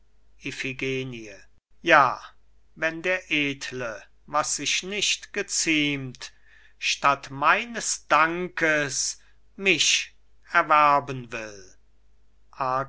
ja wenn der edle was sich nicht geziemt statt meines dankes mich erwerben will